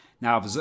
now